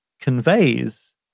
conveys